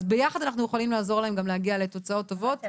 אז ביחד אנחנו יכולים לעזור להם גם להגיע לתוצאות טובות.